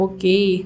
Okay